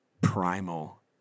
primal